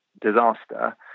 disaster